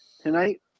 tonight